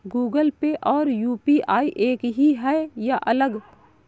Google Pay और UPI एक ही है या अलग?